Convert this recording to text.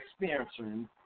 experiencing